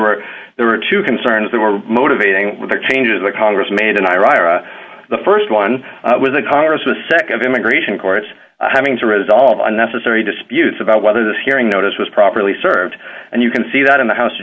were there were two concerns that were motivating the changes the congress made in iraq the st one was the congress with nd immigration courts having to resolve unnecessary disputes about whether this hearing notice was properly served and you can see that in the house